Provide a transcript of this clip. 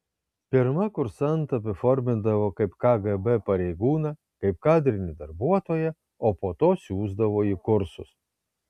pirma kursantą apiformindavo kaip kgb pareigūną kaip kadrinį darbuotoją o po to siųsdavo į kursus